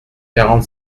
quarante